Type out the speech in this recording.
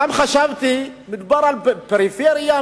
פעם חשבתי שכשמדובר בפריפריה,